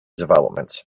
developments